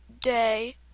day